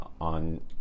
on